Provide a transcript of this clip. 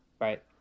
right